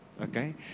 Okay